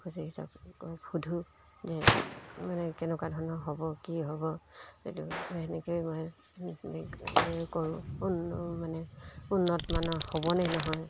পশু চিকিৎসকক সুধোঁ যে মানে কেনেকুৱা ধৰণৰ হ'ব কি হ'ব এইটো তেনেকৈ মান কৰো ন মানে উন্নত মানৰ হ'ব নে নহয়